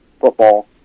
football